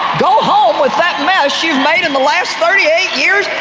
go home with that mess you've made in the last thirty eight years,